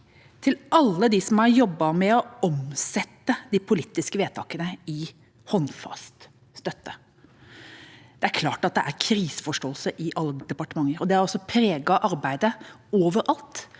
til alle dem som har jobbet med å omsette de politiske vedtakene i håndfast støtte. Det er klart at det er kriseforståelse i alle departementer. Det har preget arbeidet overalt